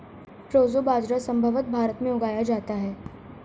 proso बाजरा संभवत भारत में उगाया जाता है